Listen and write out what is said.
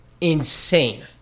insane